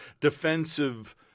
defensive